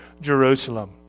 Jerusalem